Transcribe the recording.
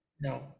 No